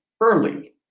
early